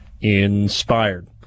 inspired